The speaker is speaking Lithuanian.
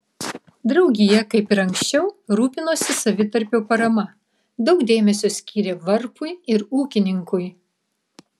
draugija kaip ir anksčiau rūpinosi savitarpio parama daug dėmesio skyrė varpui ir ūkininkui